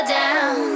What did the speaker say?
down